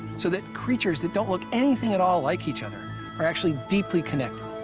so that creatures that don't look anything at all like each other are actually deeply connected.